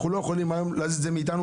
אנחנו לא יכולים היום להזיז את זה מאתנו.